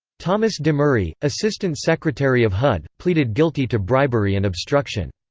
thomas demery, assistant secretary of hud, pleaded guilty to bribery and obstruction.